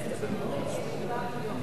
מיליארד קוראים, בעברית רק 7 מיליון.